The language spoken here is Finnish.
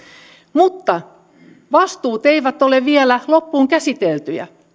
mutta vastuut eivät ole vielä loppuun käsiteltyjä